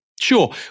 Sure